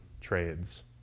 trades